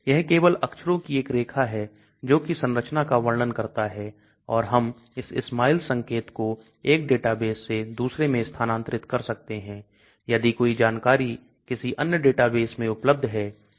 यह केवल अक्षरों की एक रेखा है जो कि संरचना का वर्णन करता है और हम इस SMILES संकेत को एक डेटाबेस से दूसरे में स्थानांतरित कर सकते हैं यदि कोई जानकारी किसी अन्य डेटाबेस में उपलब्ध है